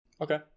okay